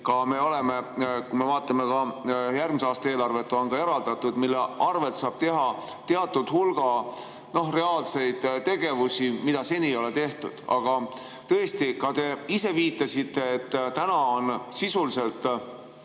olla või, kui me vaatame järgmise aasta eelarvet, on eraldatud ja mille arvel saab teha teatud hulga reaalseid tegevusi, mida seni ei ole tehtud. Aga tõesti, ka te ise viitasite, et täna on sisuliselt